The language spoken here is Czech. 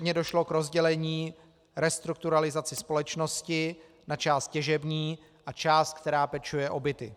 Předně došlo k rozdělení restrukturalizace společnosti na část těžební a část, která pečuje o byty.